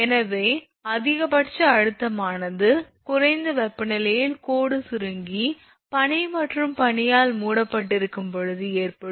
எனவே அதிகபட்ச அழுத்தமானது குறைந்த வெப்பநிலையில் கோடு சுருங்கி பனி மற்றும் பனியால் மூடப்பட்டிருக்கும் போது ஏற்படும்